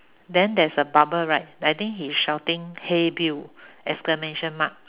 then there's a bubble right I think he's shouting hey Bill exclamation mark